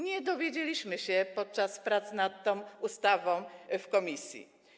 Nie dowiedzieliśmy się tego podczas prac nad tą ustawą w komisji.